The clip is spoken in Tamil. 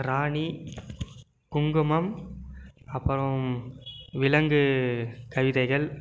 ராணி குங்குமம் அப்புறம் விலங்கு கவிதைகள்